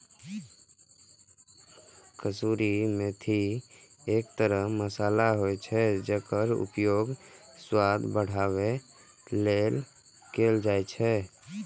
कसूरी मेथी एक तरह मसाला होइ छै, जेकर उपयोग स्वाद बढ़ाबै लेल कैल जाइ छै